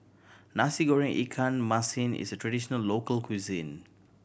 Nasi Goreng ikan masin is a traditional local cuisine